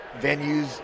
venues